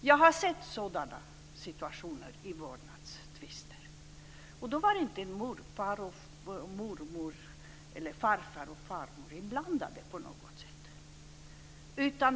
Jag har sett sådana situationer i vårdnadstvister, och då var inte morfar och mormor eller farfar och farmor inblandade på något sätt.